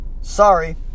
sorry